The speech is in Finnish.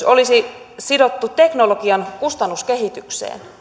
olisi sidottu teknologian kustannuskehitykseen